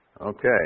Okay